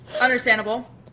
Understandable